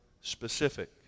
specific